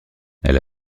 elle